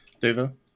David